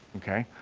okay?